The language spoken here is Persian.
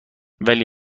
ولی